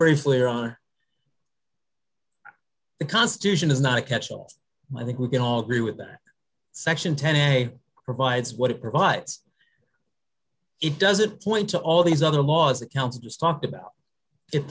briefly on the constitution is not a catch all i think we can all agree with that section ten a provides what it provides it doesn't point to all these other laws the council just talked about it